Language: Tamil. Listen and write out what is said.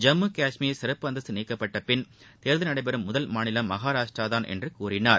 ஜம்மு காஷ்மீர் சிறப்பு அந்தஸ்து நீக்கப்பட்டபின் தேர்தல் நடைபெறும் முதல் மாநிலம் மகாராஷ்ட்ராதான் என்று கூறினார்